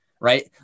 right